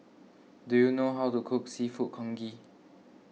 do you know how to cook Seafood Congee